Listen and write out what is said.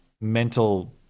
mental